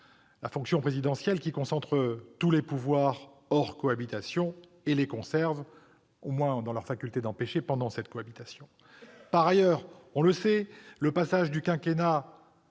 la fonction présidentielle. Cette dernière concentre tous les pouvoirs- hors cohabitation -et les conserve, du moins dans leur faculté d'empêcher, pendant cette cohabitation. Par ailleurs, on le sait, le passage au quinquennat